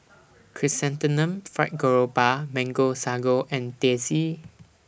Chrysanthemum Fried Garoupa Mango Sago and Teh C